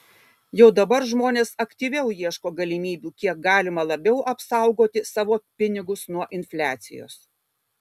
jau dabar žmonės aktyviau ieško galimybių kiek galima labiau apsaugoti savo pinigus nuo infliacijos